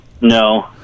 No